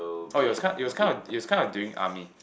oh it was kind it was kind of it was kind of during army